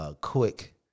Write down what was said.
Quick